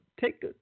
take